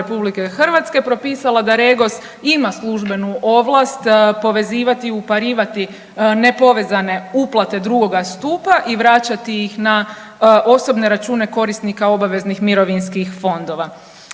Vlada RH, propisala da REGOS ima službenu ovlast povezivati i uparivati nepovezane uplate drugoga stupa i vraćati ih na osobne račune korisnika obaveznih mirovinskih fondova.